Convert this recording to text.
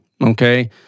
Okay